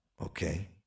okay